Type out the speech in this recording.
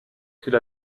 qu’il